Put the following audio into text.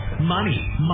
money